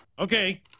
Okay